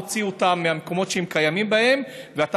מוציא אותם מהמקומות שהם קיימים בהם ואתה